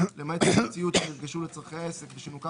למעט תשומות ציוד שנרכש לצורכי העסק ושנוכה